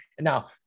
now